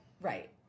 Right